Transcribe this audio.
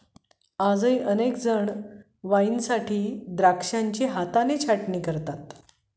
आजही अनेक जण वाईनसाठी द्राक्षांची हाताने छाटणी करतात